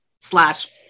slash